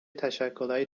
تشکلهای